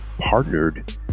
partnered